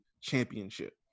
championship